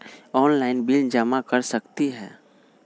Online bill जमा कर सकती ह?